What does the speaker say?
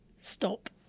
stop